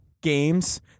games